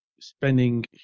spending